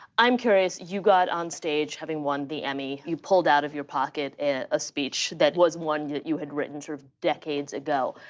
i'm curious, you got on stage having won the emmy. you pulled out of your pocket a ah speech that was one that you had written sort of decades ago.